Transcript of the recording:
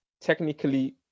technically